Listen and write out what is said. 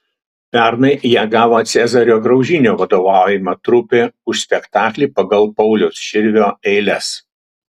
pernai ją gavo cezario graužinio vadovaujama trupė už spektaklį pagal pauliaus širvio eiles